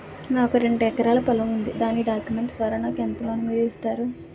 నాకు రెండు ఎకరాల పొలం ఉంది దాని డాక్యుమెంట్స్ ద్వారా నాకు ఎంత లోన్ మీరు ఇస్తారు?